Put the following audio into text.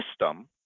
system